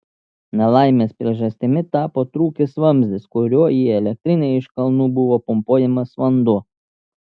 nelaimės priežastimi tapo trūkęs vamzdis kuriuo į elektrinę iš kalnų buvo pumpuojamas vanduo